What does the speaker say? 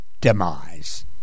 demise